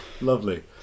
Lovely